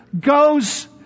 goes